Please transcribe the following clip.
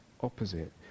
opposite